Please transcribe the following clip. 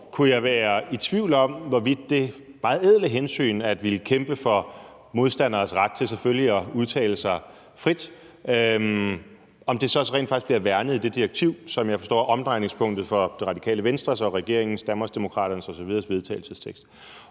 kunne jeg være i tvivl om, hvorvidt det meget ædle hensyn at ville kæmpe for modstanderes ret til selvfølgelig at udtale sig frit så rent faktisk også bliver værnet i det direktiv, som jeg forstår er omdrejningspunktet for bl.a. Radikale Venstres, Danmarksdemokraternes og regeringens vedtagelsestekst.